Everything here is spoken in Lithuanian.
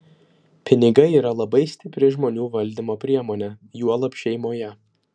pinigai yra labai stipri žmonių valdymo priemonė juolab šeimoje